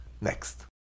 Next